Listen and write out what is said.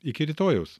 iki rytojaus